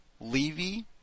Levy